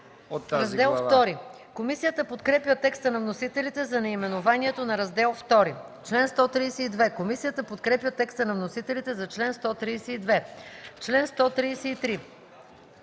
Раздел III. Комисията подкрепя текста на вносителите за наименованието на Раздел ІІI. Комисията подкрепя текста на вносителите за чл. 139. По чл.